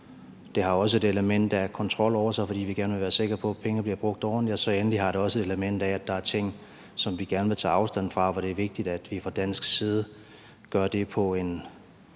Det har også et element af kontrol over sig, fordi vi gerne vil være sikre på, at pengene bliver brugt ordentligt. Endelig har det også et element af, at der er ting, som vi gerne vil tage afstand fra, og hvor det er vigtigt, at vi fra dansk side gør det på en